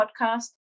podcast